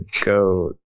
go